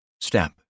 Step